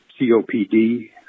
COPD